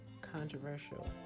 controversial